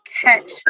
catch